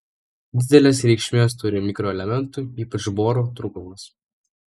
didelės reikšmės turi mikroelementų ypač boro trūkumas